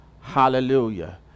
hallelujah